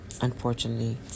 Unfortunately